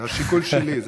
השיקול שלי.